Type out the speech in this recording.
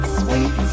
sweet